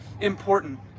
important